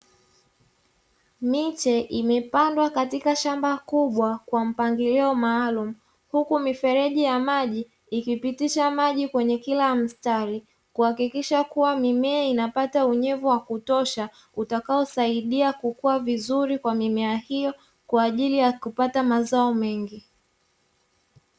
Miche imepandwa katika shamba kubwa kwa mpangilio maalumu, huku mifereji ya maji ikipitisha maji kwenye kila mstari, kuhakikisha kuwa mimea inapata unyevu wa kutosha, utakao saidia kukua vizuri kwa mimea hiyo, kwa ajili yakupata mazao mengi.